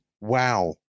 Wow